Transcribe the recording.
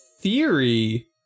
theory